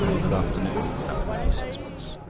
good afternoon. that will be sixpence.